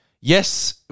yes